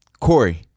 Corey